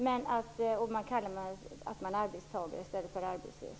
Man är också arbetstagare i stället för arbetslös.